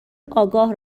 آگاه